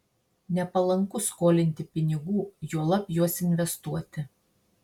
nepalanku skolinti pinigų juolab juos investuoti